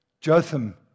Jotham